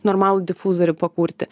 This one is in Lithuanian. normalų difuzorių pakurti